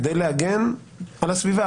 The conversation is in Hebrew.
כדי להגן על הסביבה,